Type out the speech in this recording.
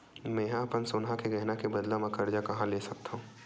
मेंहा अपन सोनहा के गहना के बदला मा कर्जा कहाँ ले सकथव?